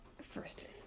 first